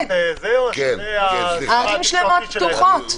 ערים שלמות פתוחות.